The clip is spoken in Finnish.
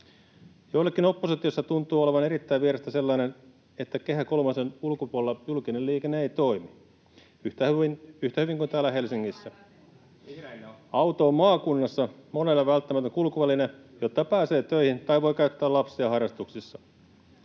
Joillekin oppositiossa tuntuu olevan erittäin vierasta sellainen, että Kehä kolmosen ulkopuolella julkinen liikenne ei toimi yhtä hyvin kuin täällä Helsingissä. [Piritta Rantanen: Ei ollenkaan epäselvää! — Miko Bergbom: Vihreille on!] Auto on maakunnassa monelle välttämätön kulkuväline, jotta pääsee töihin tai voi käyttää lapsia harrastuksissa.